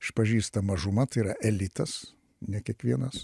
išpažįsta mažuma tai yra elitas ne kiekvienas